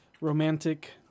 romantic